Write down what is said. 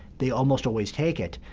they almost always take it.